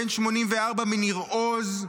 בן 84, מניר עוז,